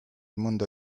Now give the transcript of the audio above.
mundo